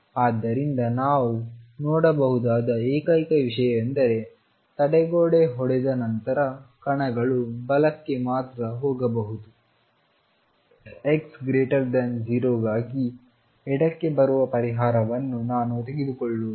ಆದ್ದರಿಂದ ನಾನು ನೋಡಬಹುದಾದ ಏಕೈಕ ವಿಷಯವೆಂದರೆ ತಡೆಗೋಡೆ ಹೊಡೆದ ನಂತರ ಕಣಗಳು ಬಲಕ್ಕೆ ಮಾತ್ರ ಹೋಗಬಹುದು x 0 ಗಾಗಿ ಎಡಕ್ಕೆ ಬರುವ ಪರಿಹಾರವನ್ನು ನಾನು ತೆಗೆದುಕೊಳ್ಳುವುದಿಲ್ಲ